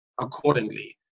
Accordingly